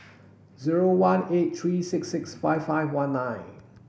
zero one eight three six six five five one nine